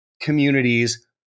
communities